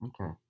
Okay